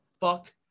fuck